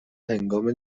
هنگام